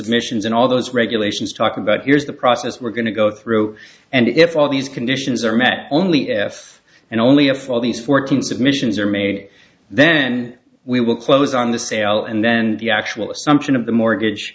submissions and all those regulations talk about here's the process we're going to go through and if all these conditions are met only if and only if all these fourteen submissions are made then we will close on the sale and then the actual assumption of the mortgage